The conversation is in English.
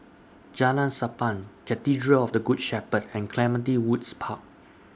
Jalan Sappan Cathedral of The Good Shepherd and Clementi Woods Park